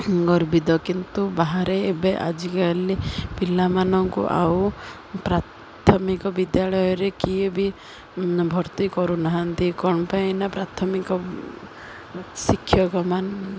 ଗର୍ବିତ କିନ୍ତୁ ବାହାରେ ଏବେ ଆଜିକାଲି ପିଲାମାନଙ୍କୁ ଆଉ ପ୍ରାଥମିକ ବିଦ୍ୟାଳୟରେ କିଏ ବି ଭର୍ତ୍ତି କରୁନାହାନ୍ତି କ'ଣ ପାଇଁ ନା ପ୍ରାଥମିକ ଶିକ୍ଷକମାନେ